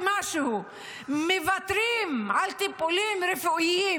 ומשהו מהאנשים מוותרים על טיפולים רפואיים,